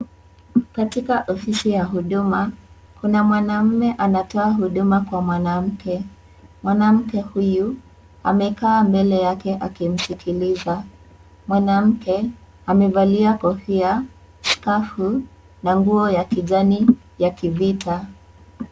Katika ofisi ya Huduma, kuna mwanaume anatoa huduma kwa mwanamke. Mwanamke huyu amekaa mbele yake akimsikiliza. Mwanamke amevalia kofia, skafu na nguo ya kijani ya kivita.